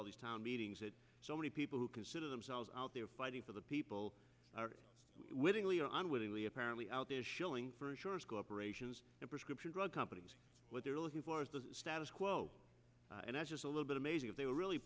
all these town meetings that so many people who consider themselves out there fighting for the people willingly or unwillingly apparently out there shilling for insurance corporations prescription drug companies what they're looking for is the status quo and that's just a little bit amazing if they were really